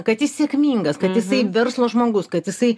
kad jis sėkmingas kad jisai verslo žmogus kad jisai